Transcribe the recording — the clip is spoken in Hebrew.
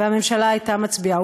והממשלה הייתה מצביעה.